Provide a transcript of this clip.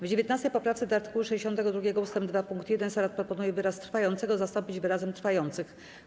W 19. poprawce do art. 62 ust. 2 pkt 1 Senat proponuje wyraz „trwającego” zastąpić wyrazem „trwających”